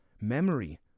Memory